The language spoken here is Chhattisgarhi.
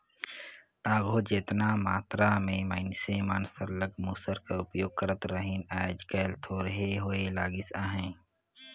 आघु जेतना मातरा में मइनसे मन सरलग मूसर कर उपियोग करत रहिन आएज काएल थोरहें होए लगिस अहे